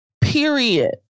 period